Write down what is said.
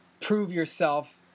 prove-yourself